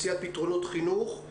מציאת פתרונות חינוך.